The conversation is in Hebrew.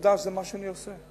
עבודה זה מה שאני עושה.